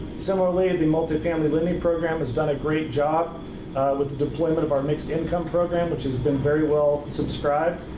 similarly, the multifamily lending program has done a great job with the deployment of our mixed income program, which has been very well subscribed.